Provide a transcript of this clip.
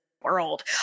world